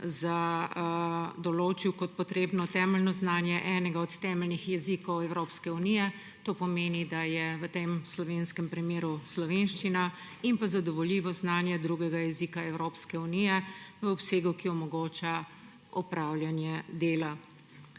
in sicer je kot potrebno temeljno znanje določil enega od temeljnih jezikov Evropske unije, to pomeni, da je v slovenskem primeru slovenščina, in pa zadovoljivo znanje drugega jezika Evropske unije, v obsegu, ki omogoča opravljanje dela.